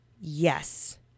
Yes